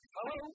Hello